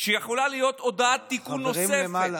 שיכולה להיות הודעת תיקון נוספת,